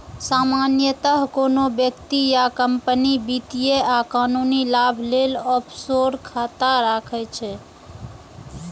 सामान्यतः कोनो व्यक्ति या कंपनी वित्तीय आ कानूनी लाभ लेल ऑफसोर खाता राखै छै